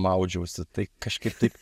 maudžiausi tai kažkaip taip